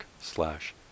slash